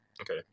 Okay